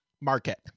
market